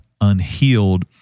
unhealed